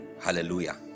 Hallelujah